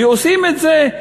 ועושים את זה,